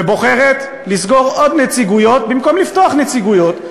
ובוחרת לסגור עוד נציגויות במקום לפתוח נציגויות,